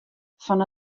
fan